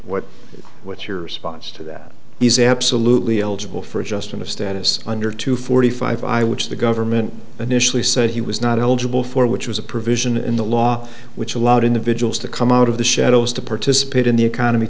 what what's your response to that he's absolutely eligible for adjustment of status under two forty five i which the government initially said he was not eligible for which was a provision in the law which allowed individuals to come out of the shadows to participate in the economy